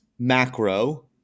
macro